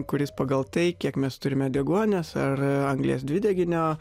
kuris pagal tai kiek mes turime deguonies ar anglies dvideginio